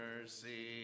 mercy